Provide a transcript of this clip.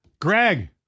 Greg